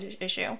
issue